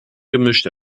gemisch